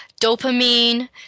dopamine